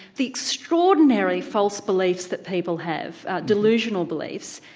the extraordinary false beliefs that people have, delusional beliefs,